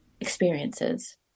experiences